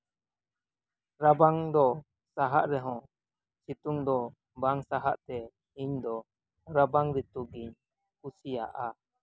ᱨᱟᱵᱟᱝ ᱫᱚ ᱥᱟᱦᱟᱜ ᱨᱮᱦᱚᱸ ᱥᱤᱛᱩᱝ ᱫᱚ ᱵᱟᱝ ᱥᱟᱦᱟᱜ ᱛᱮ ᱤᱧ ᱫᱚ ᱨᱟᱵᱟᱝ ᱨᱤᱛᱩᱜᱤᱧ ᱠᱩᱥᱤᱭᱟᱜᱼᱟ